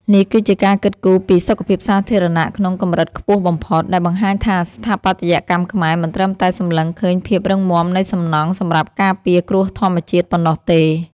នេះគឺជាការគិតគូរពីសុខភាពសាធារណៈក្នុងកម្រិតខ្ពស់បំផុត ដែលបង្ហាញថាស្ថាបត្យកម្មខ្មែរមិនត្រឹមតែសម្លឹងឃើញភាពរឹងមាំនៃសំណង់សម្រាប់ការពារគ្រោះធម្មជាតិប៉ុណ្ណោះទេ។